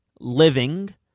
Living